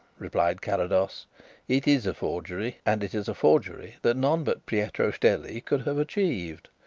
replied carrados it is a forgery, and it is a forgery that none but pietro stelli could have achieved.